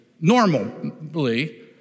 normally